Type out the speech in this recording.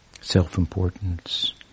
Self-importance